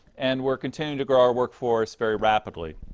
and we're continuing to grow our workforce very rapidly.